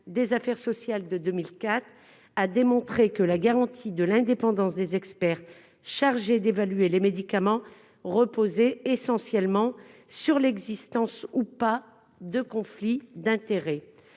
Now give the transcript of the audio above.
des affaires sociales de 2004, a démontré que la garantie de l'indépendance des experts chargés d'évaluer les médicaments reposer essentiellement sur l'existence ou pas de conflit d'intérêts,